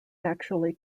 actually